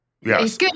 Yes